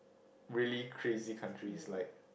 really crazy countries like